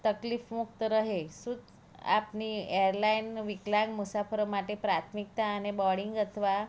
તકલીફ મુક્ત રહે શું આપની એરલાઇન વિકલાંગ મુસાફર માટે પ્રાથમિકતા અને બોર્ડિંગ અથવા